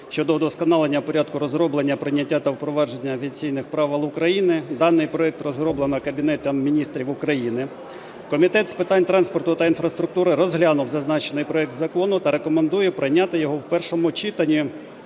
щодо удосконалення порядку розроблення, прийняття та впровадження авіаційних правил України. Даний проект розроблено Кабінетом Міністрів України. Комітет з питань транспорту та інфраструктури розглянув зазначений проект закону та рекомендує прийняти його в першому читанні